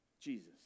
Jesus